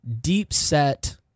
deep-set